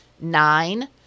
Nine